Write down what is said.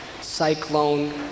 cyclone